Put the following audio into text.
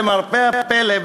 למרבה הפלא,